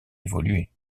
évolué